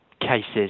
cases